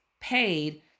paid